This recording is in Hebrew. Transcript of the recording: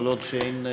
כל עוד אין,